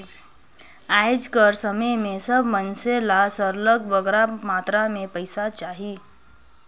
आएज कर समे में सब मइनसे ल सरलग बगरा मातरा में पइसा चाही